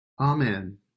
Amen